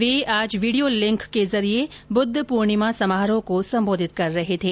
वे आज video link के जरिए बुद्ध पूर्णिमा समारोह को संबोधित कर रहे थे